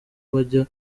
bajya